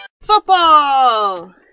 Football